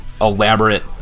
elaborate